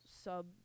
sub